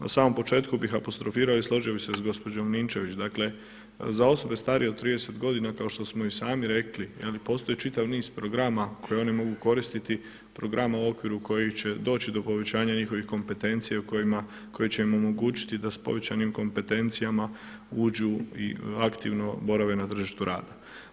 Na samom početku bih i apostrofirao i složio bi se sa gospođom Ninčević dakle, za osobe starije od 30 godina kao što smo i sami rekli postoji čitav niz programa koje oni mogu koristiti, programa u okviru kojih će doći do povećanja njihovih kompetencija i koje će im omogućiti da s povećanim kompetencijama uđu i aktivno borave na tržištu rada.